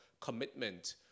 commitment